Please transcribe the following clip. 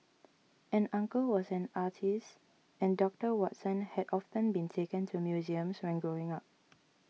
an uncle was an artist and Doctor Watson had often been taken to museums when growing up